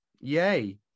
Yay